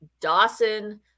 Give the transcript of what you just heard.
Dawson